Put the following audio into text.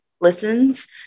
listens